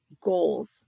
goals